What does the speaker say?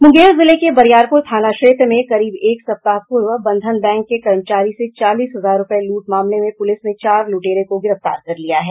मुंगेर जिले में बरियारपुर थाना क्षेत्र में करीब एक सप्ताह पूर्व बंधन बैंक के कर्मचारी से चालीस हजार रुपये लूट मामले में प्रलिस ने चार लूटेरों को गिरफ्तार कर लिया है